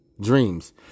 dreams